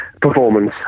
performance